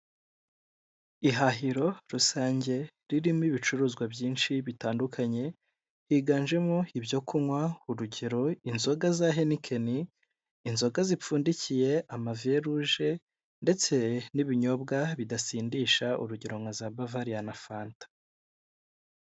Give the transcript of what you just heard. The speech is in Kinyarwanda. Ihahiro rusange ririmo ibicuruzwa byinshi bitandukanye higanjemo ibyo kunywa urugero, inzoga za henikeni, inzoga zipfundikiye, amaveruje ndetse n'ibinyobwa bidasindisha urugero nka za bavariya na fanta.